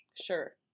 Sure